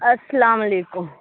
السلام علیکم